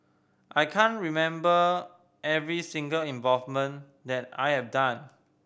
I can't remember every single involvement that I have done